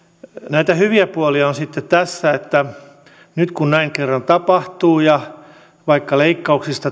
näitä hyviä puolia sitten tässä nyt kun näin kerran tapahtuu ja vaikka leikkauksista